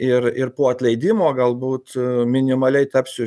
ir ir po atleidimo galbūt minimaliai tapsiu